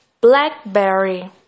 blackberry